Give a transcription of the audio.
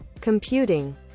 computing